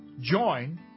join